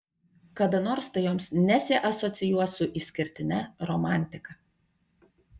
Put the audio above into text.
kada nors tai joms nesiasocijuos su išskirtine romantika